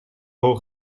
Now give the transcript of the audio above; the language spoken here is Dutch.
hol